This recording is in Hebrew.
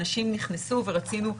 אנשים נכנסו ורצינו,